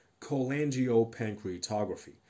cholangiopancreatography